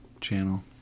channel